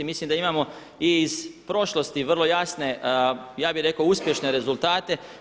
Mislim da imamo i iz prošlosti vrlo jasne ja bi rekao uspješne rezultate.